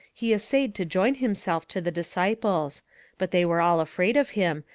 he assayed to join himself to the disciples but they were all afraid of him,